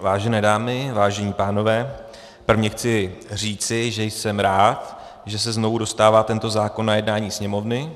Vážené dámy, vážení pánové, prvně chci říci, že jsem rád, že se znovu dostává tento zákon na jednání Sněmovny.